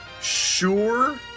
sure